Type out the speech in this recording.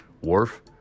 Worf